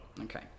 Okay